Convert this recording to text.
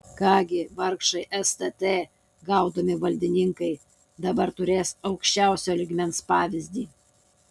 ką gi vargšai stt gaudomi valdininkai dabar turės aukščiausio lygmens pavyzdį